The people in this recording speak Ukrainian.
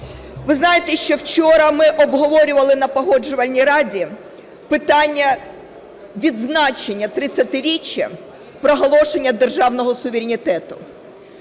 Ви знаєте, що вчора ми обговорювали на Погоджувальній раді питання відзначення 30-річчя проголошення державного суверенітету.